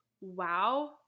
wow